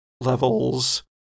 levels